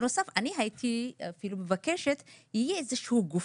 בנוסף הייתי מבקשת שיהיה איזה שהוא גוף,